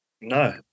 No